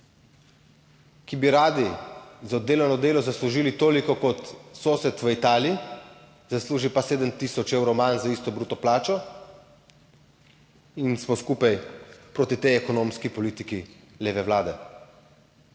ki bi radi za delano delo zaslužili toliko kot sosed v Italiji, zasluži pa 7 tisoč evrov manj za isto bruto plačo in smo skupaj proti tej ekonomski politiki leve Vlade